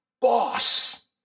Boss